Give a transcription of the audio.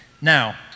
Now